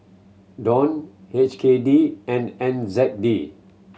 Dong H K D and N Z D